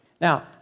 Now